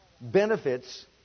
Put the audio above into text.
benefits